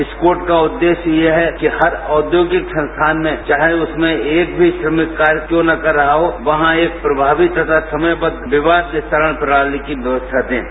इस कोड का उद्देश्य यह है कि हर औद्यौगिक संस्थान में चाहे उसमें एक भी श्रमिक कार्य क्यों ना कर रहा हो वहां एक प्रभावी तथा समयबद्ध विवाद निस्तारण प्रणाली की व्यवस्था हैं